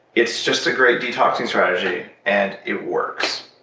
it's just a great detoxing strategy, and it works